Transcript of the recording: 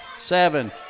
seven